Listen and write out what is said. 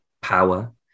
Power